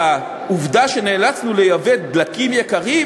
והעובדה שנאלצנו לייבא דלקים יקרים